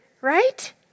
right